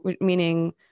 meaning